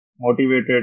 motivated